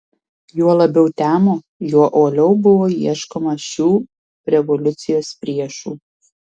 juo labiau temo juo uoliau buvo ieškoma šių revoliucijos priešų